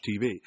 TV